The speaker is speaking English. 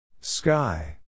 Sky